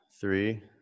Three